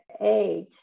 age